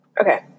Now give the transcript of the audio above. Okay